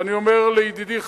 ואני אומר לידידי,